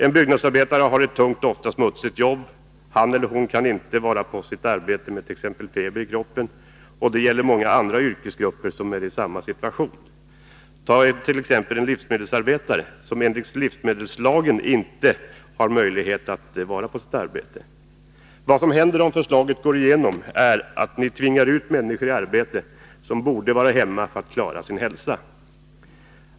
En byggnadsarbetare har ett tungt och ofta smutsigt jobb. Han eller hon kan inte vara på sitt arbete med t.ex. feber i kroppen, och det gäller många andra yrkesgrupper som är i samma situation — ta t.ex. en livsmedelsarbetare, som enligt livsmedelslagen inte har rätt att vara på sitt arbete vid sjukdom eller skada. Vad som händer om förslaget går igenom är att ni tvingar ut människor i arbete som borde vara hemma för att klara sin hälsa.